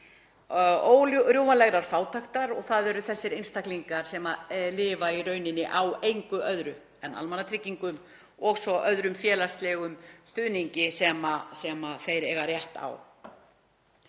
órjúfanlegrar fátæktar. Það eru þeir einstaklingar sem lifa í rauninni á engu öðru en almannatryggingum og svo öðrum félagslegum stuðningi sem þeir eiga rétt á.